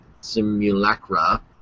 simulacra